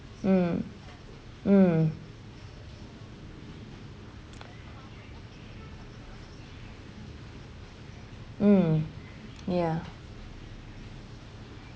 mm mm mm ya